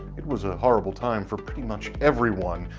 it was a horrible time for pretty much everyone,